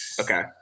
Okay